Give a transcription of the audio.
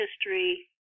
history